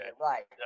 right